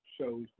show's